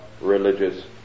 religious